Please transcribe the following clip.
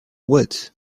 would